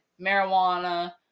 marijuana